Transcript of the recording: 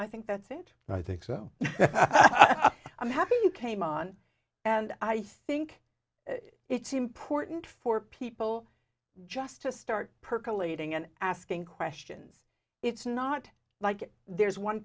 i think that's it i think so i'm happy you came on and i think it's important for people just to start percolating and asking questions it's not like there's one